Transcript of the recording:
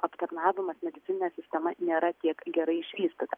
aptarnavimas medicininė sistema nėra tiek gerai išvystyta